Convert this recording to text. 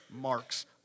marks